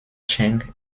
cheng